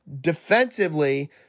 Defensively